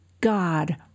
God